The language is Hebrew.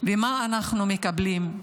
ומה אנחנו מקבלים?